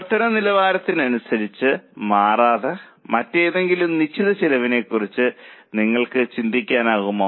പ്രവർത്തന നിലവാരത്തിനനുസരിച്ച് മാറാത്ത മറ്റേതെങ്കിലും നിശ്ചിത ചെലവിനെക്കുറിച്ച് നിങ്ങൾക്ക് ചിന്തിക്കാനാകുമോ